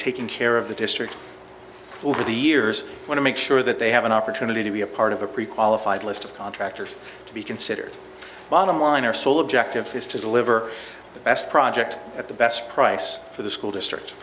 taking care of the district over the years want to make sure that they have an opportunity to be a part of a pre qualified list of contractors to be considered bottom line our sole objective is to deliver the best project at the best price for the school district